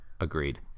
Agreed